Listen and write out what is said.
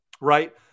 right